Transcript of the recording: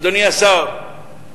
אדוני השר,